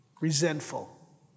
resentful